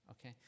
okay